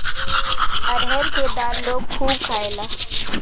अरहर के दाल लोग खूब खायेला